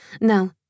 No